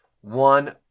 one